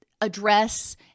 address